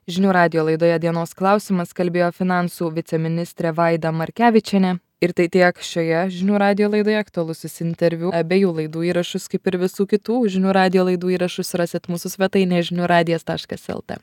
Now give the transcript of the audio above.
žinių radijo laidoje dienos klausimas kalbėjo finansų viceministrė vaida markevičienė ir tai tiek šioje žinių radijo laidoje aktualusis interviu abiejų laidų įrašus kaip ir visų kitų žinių radijo laidų įrašus rasit mūsų svetainėj žinių radijas taškas lt